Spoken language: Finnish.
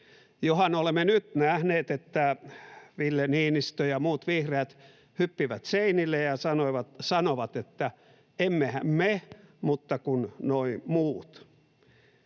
jo nyt nähneet, että Ville Niinistö ja muut vihreät hyppivät seinille ja sanovat, että emmehän me mutta kun nuo muut.